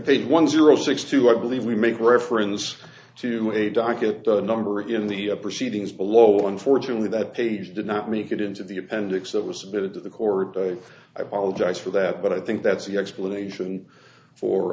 page one zero six two i believe we make reference to a docket the number in the proceedings below unfortunately that page did not make it into the appendix that was submitted to the corday i apologize for that but i think that's the explanation for